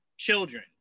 Children